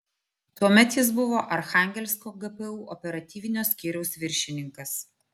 tuomet jis buvo archangelsko gpu operatyvinio skyriaus viršininkas